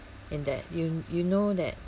in that you you know that